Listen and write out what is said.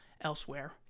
elsewhere